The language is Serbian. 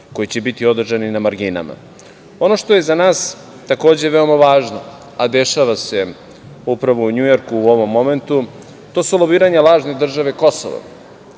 koji će biti održani na marginama. Ono što je za nas takođe veoma važno a dešava se upravo u Njujorku u ovom momentu, to su lobiranja lažne države Kosovo